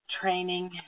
training